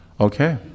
okay